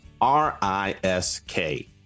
R-I-S-K